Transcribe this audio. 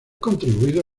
contribuido